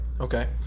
Okay